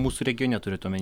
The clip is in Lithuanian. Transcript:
mūsų regione turit omeny